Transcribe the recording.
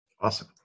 Awesome